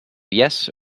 yes